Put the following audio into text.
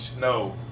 No